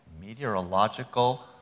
meteorological